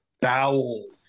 bowels